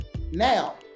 Now